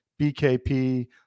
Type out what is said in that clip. BKP